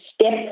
step